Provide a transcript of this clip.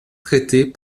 traitée